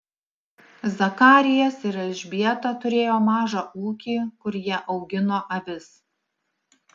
zakarijas ir elžbieta turėjo mažą ūkį kur jie augino avis